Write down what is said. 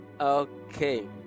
Okay